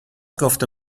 گفته